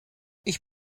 ich